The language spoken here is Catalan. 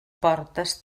portes